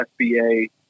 sba